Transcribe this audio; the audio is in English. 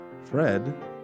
Fred